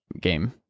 game